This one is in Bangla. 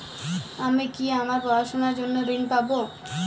আমি কি আমার পড়াশোনার জন্য ঋণ পাব?